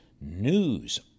news